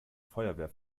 feuerwehr